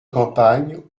campagne